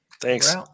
thanks